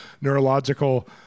neurological